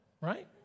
Right